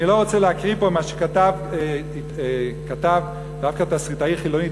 אני לא רוצה להקריא פה מה שכתב דווקא תסריטאי חילוני,